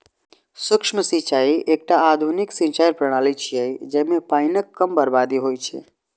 सूक्ष्म सिंचाइ एकटा आधुनिक सिंचाइ प्रणाली छियै, जइमे पानिक कम बर्बादी होइ छै